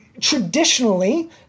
Traditionally